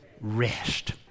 rest